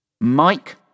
Mike